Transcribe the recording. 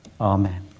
Amen